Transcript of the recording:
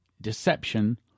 deception